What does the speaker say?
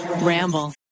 ramble